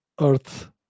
earth